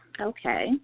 Okay